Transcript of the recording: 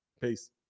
Peace